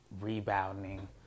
rebounding